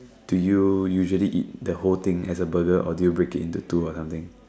do you usually eat the whole thing as a Burger or do you break it into two or something